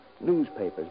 Newspapers